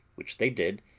which they did,